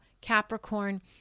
Capricorn